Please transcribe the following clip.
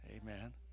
Amen